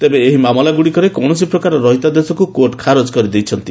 ତେବେ ଏହି ମାମଲାଗୁଡ଼ିକରେ କୌଣସି ପ୍ରକାର ରହିତାଦେଶକୁ କୋର୍ଟ୍ ଖାରଜ କରିଦେଇଛନ୍ତି